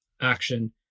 action